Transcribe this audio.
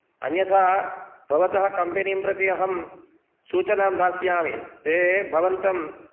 अन्यथा भवतः कम्पनी प्रति अहं सूचनां दास्यामि ते भवन्तम्